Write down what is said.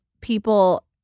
people